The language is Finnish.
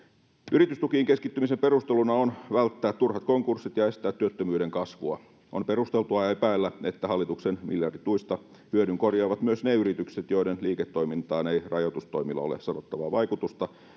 yritystukiin keskittymisen perusteluna on välttää turhat konkurssit ja estää työttömyyden kasvua on perusteltua epäillä että hallituksen miljardituista hyödyn korjaavat myös ne yritykset joiden liiketoimintaan ei rajoitustoimilla ole sanottavaa vaikutusta